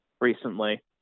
recently